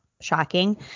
shocking